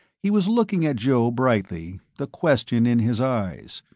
he was looking at joe brightly, the question in his eyes.